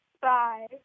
Bye